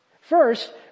First